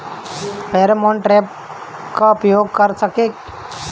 Pheromone trap का उपयोग कर के?